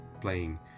playing